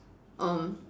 um